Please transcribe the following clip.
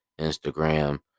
Instagram